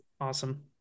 awesome